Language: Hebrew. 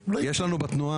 הם פשוט לא יבנו.